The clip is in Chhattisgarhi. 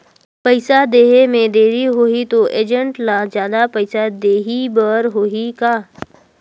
पइसा देहे मे देरी होही तो एजेंट ला जादा पइसा देही बर होही का?